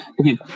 Okay